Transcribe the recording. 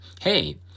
Hey